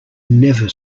never